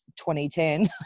2010